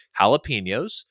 jalapenos